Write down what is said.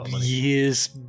year's